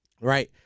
right